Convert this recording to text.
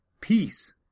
peace